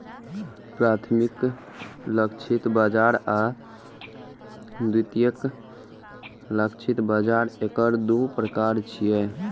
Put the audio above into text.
प्राथमिक लक्षित बाजार आ द्वितीयक लक्षित बाजार एकर दू प्रकार छियै